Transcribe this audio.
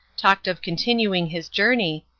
talked of continuing his journey,